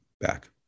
back